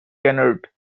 kennard